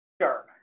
Sure